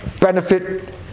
benefit